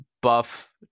buff